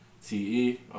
T-E